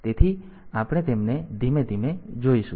તેથી આપણે તેમને ધીમે ધીમે જોઈશું